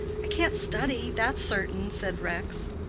i can't study that's certain, said rex.